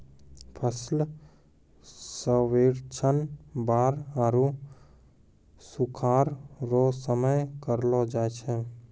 फसल सर्वेक्षण बाढ़ आरु सुखाढ़ रो समय करलो जाय छै